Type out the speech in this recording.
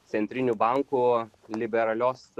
centrinių bankų liberalios